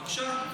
בבקשה.